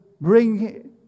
bring